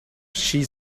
she